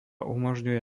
umožňuje